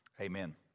amen